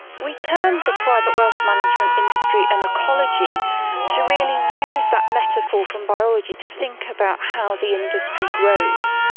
we termed the private wealth management industry an ecology to really use that metaphor from biology to think about how the industry grows.